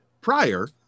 prior